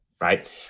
right